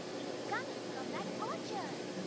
it's coming from that orchard.